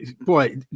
boy